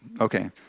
okay